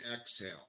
exhale